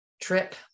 trip